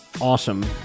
awesome